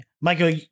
Michael